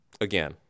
again